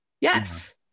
yes